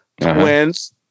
twins